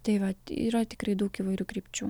tai vat yra tikrai daug įvairių krypčių